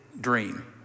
dream